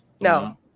No